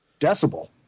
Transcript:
decibel